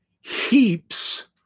heaps